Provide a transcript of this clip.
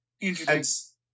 Interesting